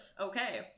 Okay